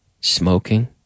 smoking